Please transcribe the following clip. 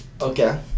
Okay